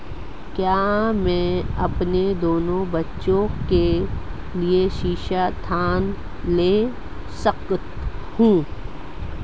क्या मैं अपने दोनों बच्चों के लिए शिक्षा ऋण ले सकता हूँ?